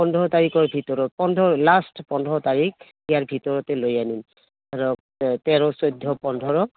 পোন্ধৰ তাৰিখৰ ভিতৰত পোন্ধৰ লাষ্ট পোন্ধৰ তাৰিখ ইয়াৰ ভিতৰতে লৈ আনিম ধৰক তেৰ চৈধ্য পোন্ধৰ